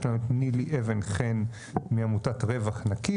יש לנו את נילי אבן-חן מעמותת "רווח נקי",